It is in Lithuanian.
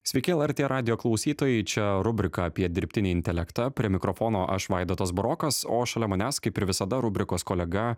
sveiki lrt radijo klausytojai čia rubrika apie dirbtinį intelektą prie mikrofono aš vaidotas burokas o šalia manęs kaip ir visada rubrikos kolega